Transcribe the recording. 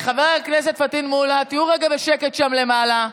חבר הכנסת פטין מולא, תהיו רגע בשקט שם למעלה.